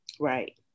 Right